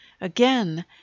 Again